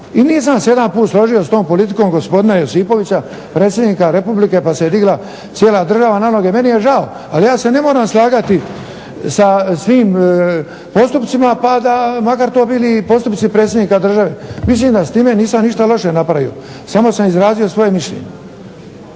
I nisam se jadan puta složio s tom politikom gospodina Josipovića predsjednika RH pa se digla cijela država na noge. Meni je žao, ali ja se ne moram slagati sa svim postupcima pa makar to bili postupci predsjednika država. Mislim da s time nisam ništa loše napravio, samo sam izrazio svoje mišljenje.